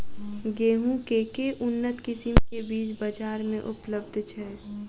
गेंहूँ केँ के उन्नत किसिम केँ बीज बजार मे उपलब्ध छैय?